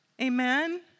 amen